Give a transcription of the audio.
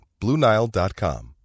BlueNile.com